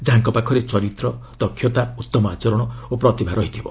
ଯାହାଙ୍କ ପାଖରେ ଚରିତ୍ର ଦକ୍ଷ୍ୟତା ଉତ୍ତମ ଆଚରଣ ଓ ପ୍ରତିଭା ଥିବ